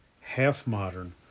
half-modern